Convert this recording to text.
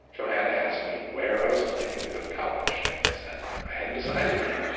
johanna asked me where i was planning to go to college. i said i hadn't decided yet.